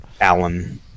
Alan